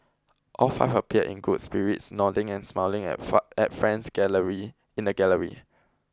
all five appeared in good spirits nodding and smiling at five at friends gallery in the gallery